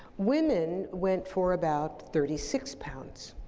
women went for about thirty six pounds,